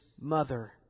mother